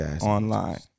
online